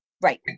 Right